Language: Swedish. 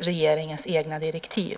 regeringens egna direktiv.